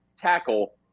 tackle